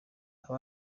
aba